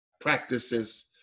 practices